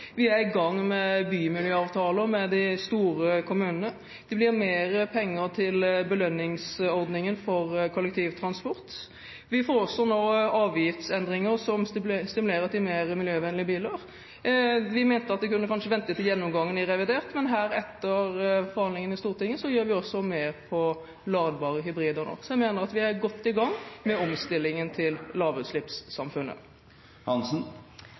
Vi er i gang med bymiljøavtaler med de store kommunene. Det blir mer penger til belønningsordningen for kollektivtransport. Vi får også avgiftsendringer som stimulerer til mer miljøvennlige biler. Vi mente det kanskje kunne vente til gjennomgangen i revidert nasjonalbudsjett, men etter forhandlingene i Stortinget gjør vi også mer for ladbare hybrider. Jeg mener vi er godt i gang med omstillingen til lavutslippssamfunnet.